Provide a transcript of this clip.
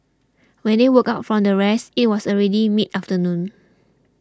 when they woke up from their rest it was already mid afternoon